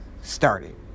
Started